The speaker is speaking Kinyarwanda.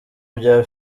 bya